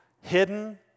hidden